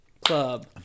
Club